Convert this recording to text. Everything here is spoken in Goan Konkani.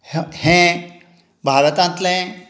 ह हें भारतांतलें